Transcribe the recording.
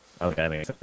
Okay